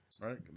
Right